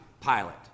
pilot